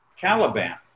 Caliban